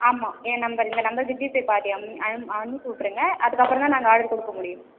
ஆமாம் என் நம்பர் இந்த நம்பர்க்கு ஜிபே பாதி அம் அம் அனுப்பிவிட்ருங்க அதுக்கப்புறந்தான் நாங்கள் ஆர்டர் கொடுக்க முடியும்